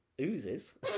oozes